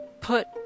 put